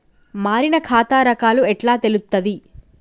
మారిన ఖాతా రకాలు ఎట్లా తెలుత్తది?